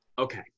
Okay